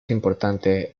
importante